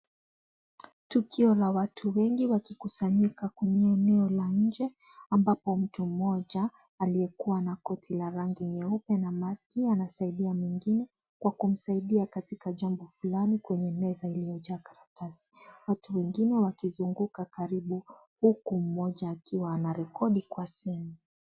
Tukio la watu wengi wakikusanyika kwenye eneo la nje ambapo mtu mmoja aliyekuwa na koti la rangi nyeupe na maski anasaidia mwingine kwa kumsaidia katika jambo fulani kwenye meza iliyojaa karatasi. Watu wengine wakizunguka karibu huku mmoja akiwa anarekodi kwa simu.